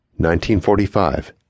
1945